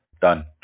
done